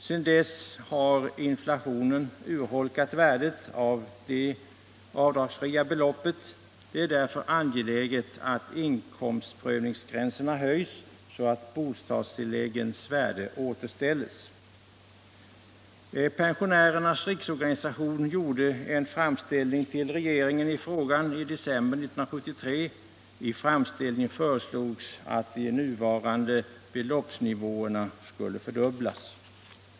Sedan dess har inflationen urholkat värdet av det avdragsfria beloppet. Det är därför angeläget att inkomstgränserna höjs så att bostadstilläggens värde återställs. Pensionärernas riksorganisation gjorde en framställning till regeringen i frågan i december 1973. I framställningen föreslogs att de nuvarande beloppsnivåerna skulle fördubblas.